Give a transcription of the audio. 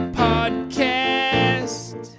podcast